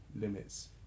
limits